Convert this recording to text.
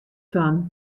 fan